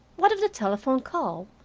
what of the telephone-call,